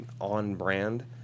on-brand